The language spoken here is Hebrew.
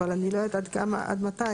אבל אני לא יודעת עד כמה, עד מתי.